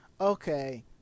okay